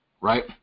right